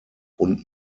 und